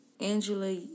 Angela